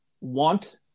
want